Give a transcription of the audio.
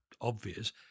obvious